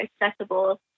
accessible